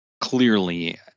Clearly